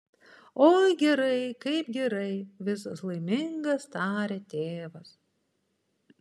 oi gerai kaip gerai visas laimingas taria tėvas